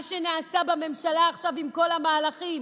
מה שנעשה בממשלה עכשיו, עם כל המהלכים